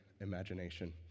imagination